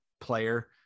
player